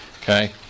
okay